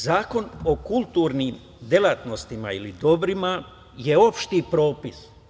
Zakon o kulturnim delatnostima ili dobrima je opšti propis.